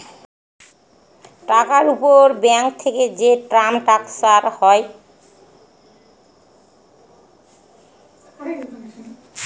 টাকার উপর ব্যাঙ্ক থেকে যে টার্ম স্ট্রাকচার হয়